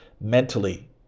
mentally